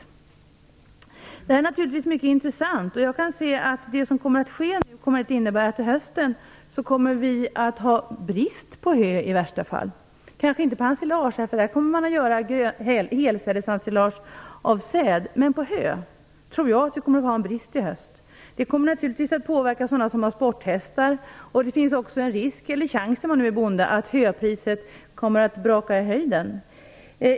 Detta är naturligtvis mycket intressant. Jag kan se att det som kommer att ske innebär att vi till hösten i värsta fall har brist på hö. Det gäller kanske inte ensilage, för det kommer att vara helsädesensilage av säd. Men hö tror jag att vi kommer att ha brist på till hösten. Det kommer naturligtvis att påverka dem som har sporthästar. Risken - eller chansen för den som är bonde - finns att höpriset rusar i höjden.